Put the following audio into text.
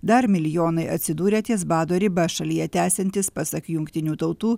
dar milijonai atsidūrė ties bado riba šalyje tęsiantis pasak jungtinių tautų